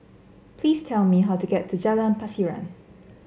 please tell me how to get to Jalan Pasiran